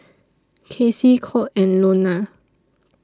Kacie Colt and Lonna